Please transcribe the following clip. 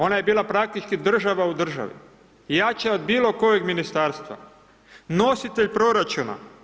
Ona je bila praktički država u državi, jača od bilo kojeg ministarstva, nositelj proračuna.